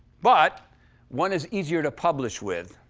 but one is easier to publish with,